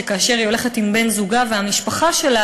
שכאשר היא הלכה עם בן-זוגה והמשפחה שלה,